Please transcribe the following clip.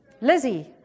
Lizzie